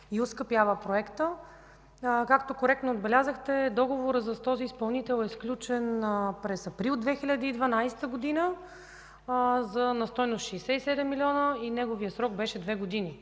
и оскъпява проекта. Както коректно отбелязахте, договорът с този изпълнител е сключен през април 2012 г. на стойност 67 милиона и неговия срок беше две години.